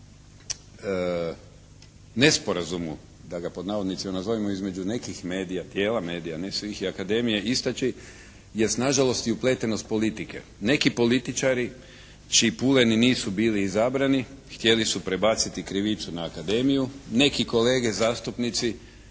nesporazumu da ga pod navodnicima nazovemo, između nekih medija …/Govornik se ne razumije./…, medija ne svih i Akademije istači je nažalost, i upletenost politike. Neki političari čiji puleni nisu bili izabrani, htjeli su prebaciti krivicu na Akademiju, neki kolege zastupnici